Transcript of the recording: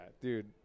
dude